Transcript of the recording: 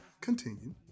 Continue